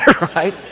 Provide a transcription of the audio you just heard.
right